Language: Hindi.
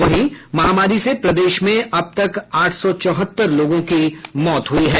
वहीं महामारी से प्रदेश में अब तक आठ सौ चौहत्तर लोगों की मौत हुई है